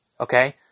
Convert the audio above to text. Okay